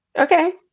Okay